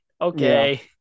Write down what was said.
Okay